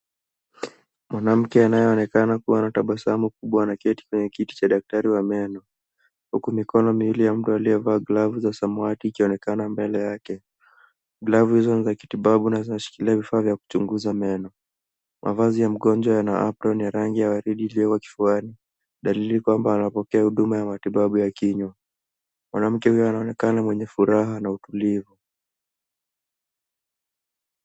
Mwanamke anayeonekana kuwa na tabasamu kubwa anaketi kwenye kiti cha daktari wa meno, huku mikono miwili ya mtu aliyevaa glavu za samati ikionekana mbele yake. Glavu hizo ni za kitibabu na zimeshikilia vifaa vya kuchunguza meno. Mavazi ya mgonjwa yana apron ya rangi ya waridi iliyoko kifuani dalili kwamba anapokea huduma ya matibabu ya kinywa. Mwanamke huyo anaonekana mwenye furaha na utulivu.